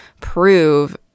prove